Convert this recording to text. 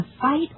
fight